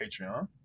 Patreon